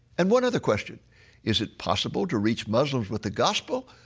and one other question is it possible to reach muslims with the gospel,